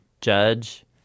judge